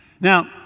Now